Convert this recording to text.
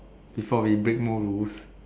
before we break more rules